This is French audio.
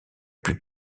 plus